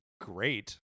great